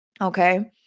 Okay